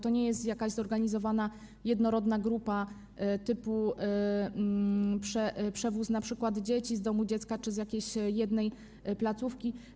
To nie jest jakaś zorganizowana, jednorodna grupa typu przewóz np. dzieci z domu dziecka czy z jakiejś jednej placówki.